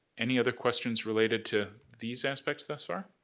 any other questions related to these aspects, thus far?